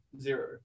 zero